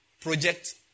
project